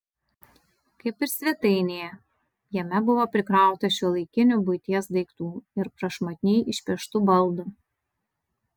kaip ir svetainėje jame buvo prikrauta šiuolaikinių buities daiktų ir prašmatniai išpieštų baldų